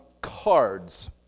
cards